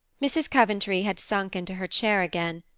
mrs. coventry had sunk into her chair again,